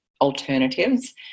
alternatives